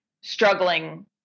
struggling